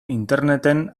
interneten